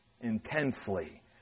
Intensely